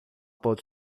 pôde